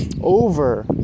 over